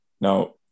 Now